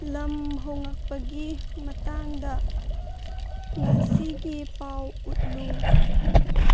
ꯂꯝ ꯍꯣꯡꯉꯛꯄꯒꯤ ꯃꯇꯥꯡꯗ ꯉꯁꯤꯒꯤ ꯄꯥꯎ ꯎꯠꯂꯨ